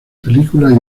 películas